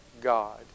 God